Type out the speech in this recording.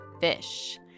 fish